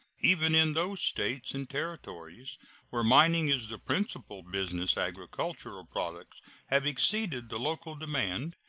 even in those states and territories where mining is the principal business agricultural products have exceeded the local demand,